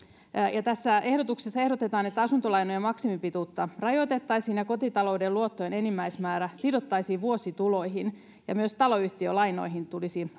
ja tässä ehdotuksessa ehdotetaan että asuntolainojen maksimipituutta rajoitettaisiin kotitalouden luottojen enimmäismäärä sidottaisiin vuosituloihin ja myös taloyhtiölainoihin tulisi